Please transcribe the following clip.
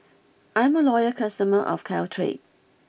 I'm a loyal customer of Caltrate